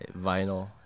vinyl